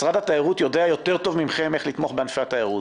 משרד התיירות יודע יותר טוב מכם איך לתמוך בענפי התיירות.